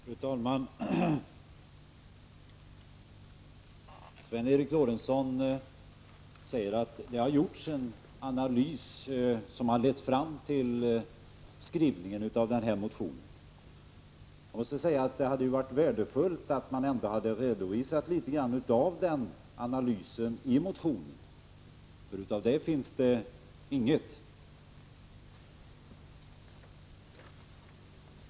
Fru talman! Sven Eric Lorentzon säger att det har gjorts en analys som har lett fram till skrivningen av den här motionen. Jag måste säga att det hade varit värdefullt, om man ändå hade redovisat litet grand av den analysen i motionen, för av den finns det inget.